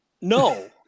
No